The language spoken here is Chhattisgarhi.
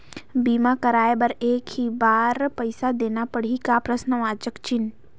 बीमा कराय बर एक ही बार पईसा देना पड़ही का?